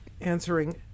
answering